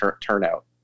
turnout